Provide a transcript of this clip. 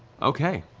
okay.